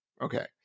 okay